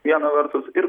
viena vertus ir